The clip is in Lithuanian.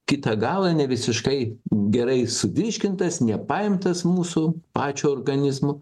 kitą galą nevisiškai gerai suvirškintas nepaimtas mūsų pačio organizmo